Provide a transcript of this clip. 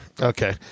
Okay